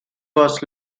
was